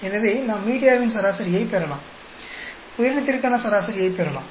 எனவே நாம் மீடியாவின் சராசரியைப் பெறலாம் உயிரினத்திற்கான சராசரியைப் பெறலாம்